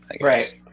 right